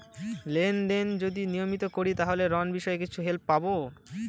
Lane দেন যদি নিয়মিত করি তাহলে ঋণ বিষয়ে কিছু হেল্প পাবো?